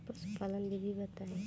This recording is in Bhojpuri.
पशुपालन विधि बताई?